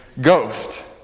ghost